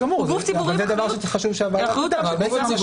חשוב שהוועדה תדע את זה.